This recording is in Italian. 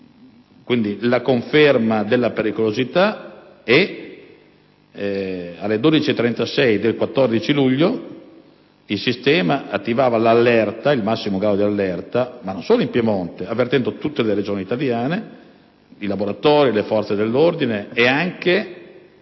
decessi. Confermata la pericolosità, alle ore 12,36 del 14 luglio, il Sistema attivava il massimo grado di allerta e non solo in Piemonte, ma avvertendo tutte le Regioni italiane, i laboratori, le forze dell'ordine e anche